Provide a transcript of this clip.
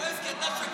אני כועס כי אתה שקרן.